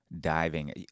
diving